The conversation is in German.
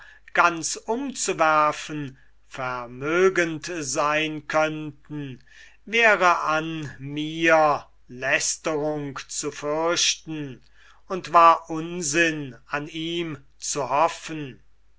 ganz umzuwerfen vermögend wären wäre an mir lästerung zu fürchten und war unsinn an ihm zu hoffen